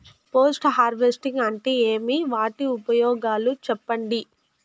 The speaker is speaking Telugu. పోస్ట్ హార్వెస్టింగ్ అంటే ఏమి? వాటి ఉపయోగాలు చెప్పండి?